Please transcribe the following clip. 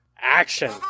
action